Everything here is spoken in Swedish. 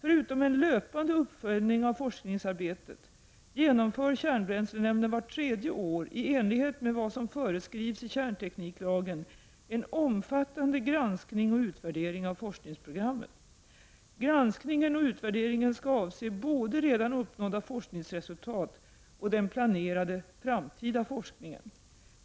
Förutom en löpande uppföljning av forskningsarbetet genomför kärnbränslenämnden vart tredje år i enlighet med vad som föreskrivs i kärntekniklagen en omfattande granskning och utvärdering av forskningsprogrammet. Granskningen och utvärderingen skall avse både redan uppnådda forskningsresultat och den planerade framtida forskningen.